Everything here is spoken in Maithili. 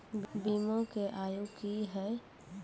बीमा के आयु क्या हैं?